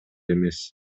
эмес